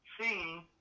see